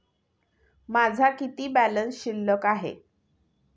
माझा किती बॅलन्स शिल्लक आहे?